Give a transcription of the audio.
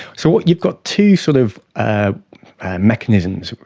so you've got two sort of ah mechanisms,